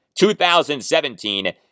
2017